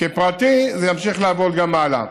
כפרטי, זה ימשיך לעבוד גם הלאה.